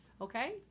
Okay